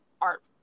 art